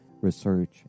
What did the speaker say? research